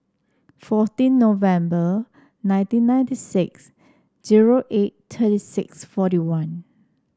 fourteen November nineteen ninety six zero eight thirty six forty one